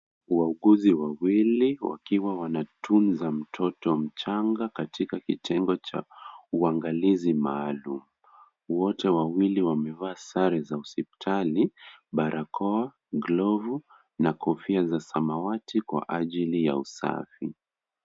Wauguzi wawili wakiwa wanatunza mtoto mchanga katika kitengo cha uangalizi maalum. Wote wawili wamevaa sare za hospitali, barakoa, glovu na kofia za samawati kwa ajili ya usafi.